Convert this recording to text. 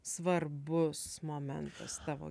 svarbus momentas tavo